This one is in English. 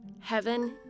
heaven